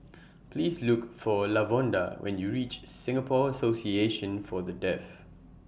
Please Look For Lavonda when YOU REACH Singapore Association For The Deaf